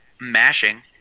mashing